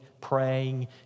praying